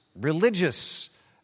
religious